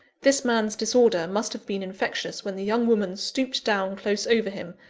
this man's disorder must have been infectious when the young woman stooped down close over him,